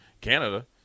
Canada